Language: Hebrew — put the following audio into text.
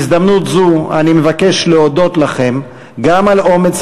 בהזדמנות זו אני מבקש להודות לכם גם על אומץ